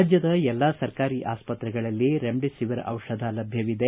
ರಾಜ್ಯದ ಎಲ್ಲಾ ಸರ್ಕಾರಿ ಆಸ್ತ್ರೆಗಳಲ್ಲಿ ರೆಮ್ಡಿಸಿವರ್ ಔಷಧ ಲಭ್ಯವಿದೆ